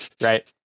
right